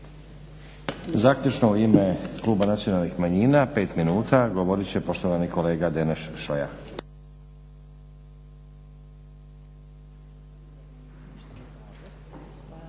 Zaključno u ime Kluba nacionalnih manjina 5 minuta govorit će poštovani kolega Deneš Šoja.